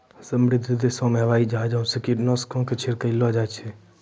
समृद्ध देशो मे हवाई जहाजो से कीटनाशको के छिड़कबैलो जाय छै